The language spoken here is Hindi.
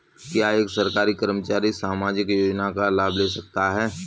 क्या एक सरकारी कर्मचारी सामाजिक योजना का लाभ ले सकता है?